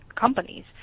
companies